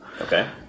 Okay